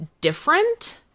different